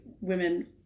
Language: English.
women